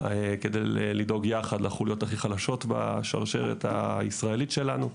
כדי לדאוג יחד לחוליות הכי חלשות בשרשרת הישראלית שלנו,